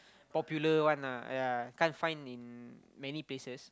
popular one lah yea can't find in many places